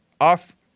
off